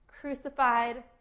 crucified